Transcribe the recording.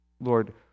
Lord